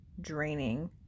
draining